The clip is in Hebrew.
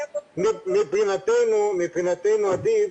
מבחינתנו עדיף